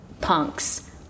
punks